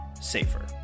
safer